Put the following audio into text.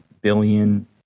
billion